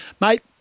mate